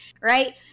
Right